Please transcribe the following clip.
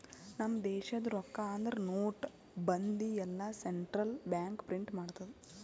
ನಮ್ ದೇಶದು ರೊಕ್ಕಾ ಅಂದುರ್ ನೋಟ್, ಬಂದಿ ಎಲ್ಲಾ ಸೆಂಟ್ರಲ್ ಬ್ಯಾಂಕ್ ಪ್ರಿಂಟ್ ಮಾಡ್ತುದ್